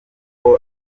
kuko